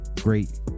great